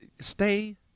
stay